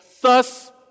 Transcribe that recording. Thus